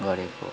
गरेको